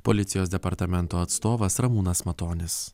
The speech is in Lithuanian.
policijos departamento atstovas ramūnas matonis